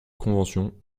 convention